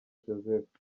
joseph